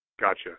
Gotcha